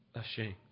ashamed